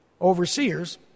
overseers